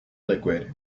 liquid